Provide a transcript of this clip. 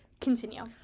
continue